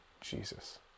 Jesus